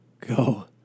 Go